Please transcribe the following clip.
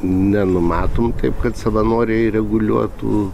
nenumatom taip kad savanoriai reguliuotų